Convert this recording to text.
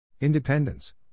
Independence